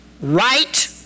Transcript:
right